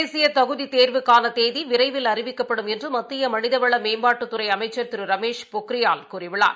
தேசியதகுதித் தோ்வுக்கானதேதிவிரைவில் அறிவிக்கப்படும் என்றுமத்தியமனிதவளமேம்பாட்டுத்துறைஅமைச்ச் திருரமேஷ் பொக்ரியால் கூறியுள்ளார்